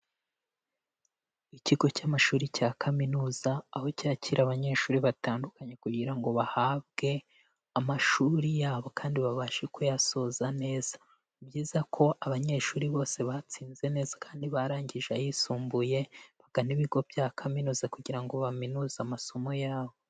Ikigo cy'amashuri cya kaminuza aho cyakira abanyeshuri batandukanye kugira ngo bahabwe amashuri ya bo kandi babashe kuyasoza neza, ni byiza ko abanyeshuri bose batsinze neza kandi barangije ayisumbuye bagana ibigo bya kaminuza kugirango baminuze amasomo ya bo.